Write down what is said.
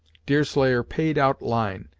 deerslayer paid out line,